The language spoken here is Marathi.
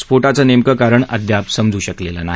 स्फोटाचं नेमकं कारण अद्याप समजू शकलेलं नाही